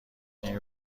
این